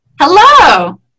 Hello